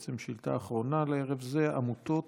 בעצם שאילתה אחרונה לערב זה: עמותות